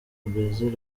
brazil